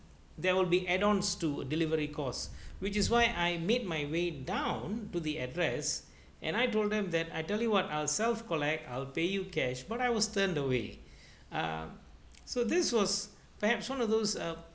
there will be add ons to delivery cost which is why I made my way down to the address and I told them that I tell you what I'll self collect I'll pay you cash but I was turned away um so this was perhaps one of those uh